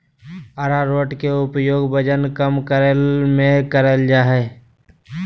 आरारोट के उपयोग वजन कम करय में कइल जा हइ